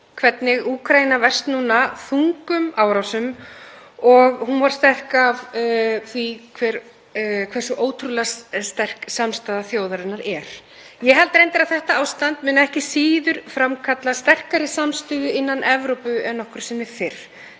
hvernig Úkraína verst núna þungum árásum og hún var sterk af því hversu ótrúlega sterk samstaða þjóðarinnar er. Ég held reyndar að þetta ástand muni ekki síður framkalla sterkari samstöðu innan Evrópu en nokkru sinni fyrr.